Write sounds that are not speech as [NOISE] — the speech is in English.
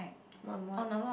[NOISE] on what